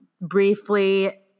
briefly